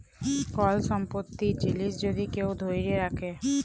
call সম্পত্তির জিলিস যদি কেউ ধ্যইরে রাখে